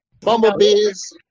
Bumblebees